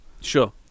Sure